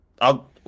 I'll-